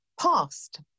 past